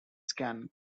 scan